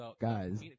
Guys